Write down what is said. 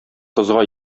кызга